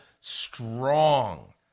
strong